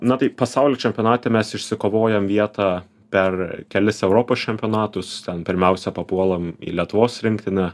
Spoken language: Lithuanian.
na taip pasaulio čempionate mes išsikovojam vietą per kelis europos čempionatus ten pirmiausia papuolam į lietuvos rinktinę